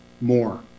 more